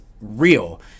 real